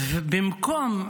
במקום,